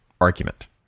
argument